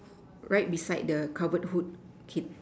right beside the covered hood kid